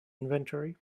inventory